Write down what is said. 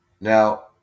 Now